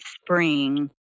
spring